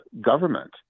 government